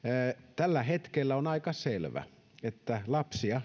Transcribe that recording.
tällä hetkellä on aika selvää että lapsia